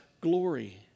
glory